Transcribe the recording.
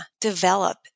develop